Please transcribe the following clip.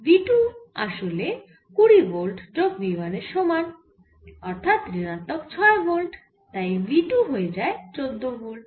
V 2 আসলে 20 volt যোগ V 1 যার মান ঋণাত্মক 6 ভোল্ট তাই V 2 হয়ে যায় 14 ভোল্ট